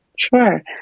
Sure